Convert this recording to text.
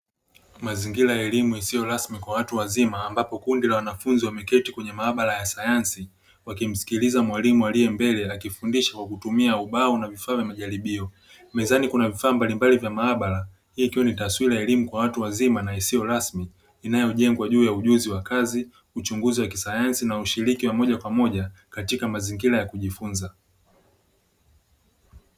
Mazingira ya elimu isiyo rasmi kwa watu wazima ambapo kundi la wanafunzi wameketi kwenye maabara ya sayansi wakimsikiliza mwalimu aliyembele akifundisha kutumia ubao na vifaa vya majaribio. Mezani kuna vifaa mbalimbali vya maabara. Hii ikiwa ni taswira ya elimu kwa watu wazima na isiyo rasmi inayojengwa juu ya ujuzi wa kazi, uchunguzi wa kisayansi na ushiriki wa moja kwa moja katika mazingira ya kujifunza.